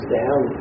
down